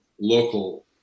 local